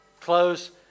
close